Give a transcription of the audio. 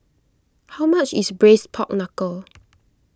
how much is Braised Pork Knuckle